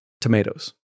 tomatoes